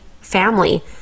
family